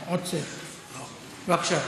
בבקשה.